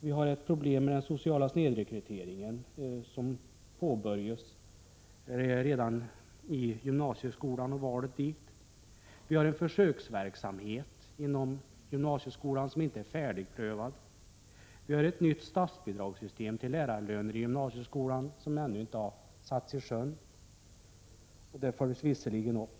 Vi har problem med den sociala snedrekryteringen som påbörjas redan i gymnasieskolan och vid valet av linje där. Vi har en försöksverksamhet inom gymnasieskolan som inte är färdigprövad. Vi har ett nytt statsbidragssystem till lärarlönerna i gymnasieskolan som ännu inte har satts i sjön, även om det visserligen följs upp.